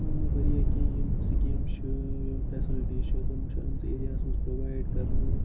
واریاہ کینٛہہ یِم سِکِیٖم چھِ یِم فیسَلٹی چھِ تُم چھِ آمژٕ ایریاہَس مَنٛز پراوایِڈ کَرنہٕ